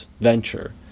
venture